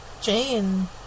Jane